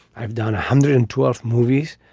i've done a hundred and twelve movies.